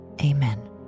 amen